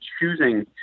choosing